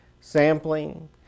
sampling